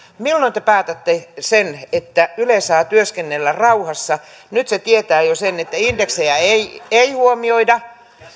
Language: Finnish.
milloin te päätätte sen että yle saa työskennellä rauhassa nyt se tietää jo sen että indeksejä ei ei huomioida